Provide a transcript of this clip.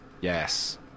Yes